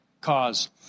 cause